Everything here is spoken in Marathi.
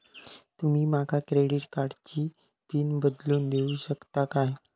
तुमी माका क्रेडिट कार्डची पिन बदलून देऊक शकता काय?